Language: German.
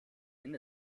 nenn